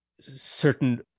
certain